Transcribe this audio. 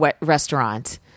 restaurant